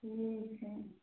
ठीक है